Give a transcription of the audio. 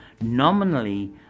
Nominally